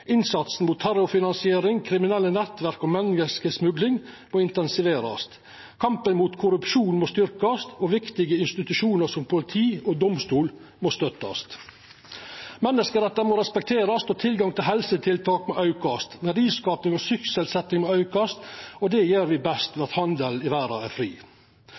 Innsatsen mot terrorfinansiering, kriminelle nettverk og menneskesmugling må intensiverast. Kampen mot korrupsjon må styrkjast, og viktige institusjonar som politi og domstol må støttast. Menneskerettar må respekterast, og tilgang til helsetiltak må aukast. Verdiskaping og sysselsetjing må aukast, og det gjer me best ved at handelen i verda er fri.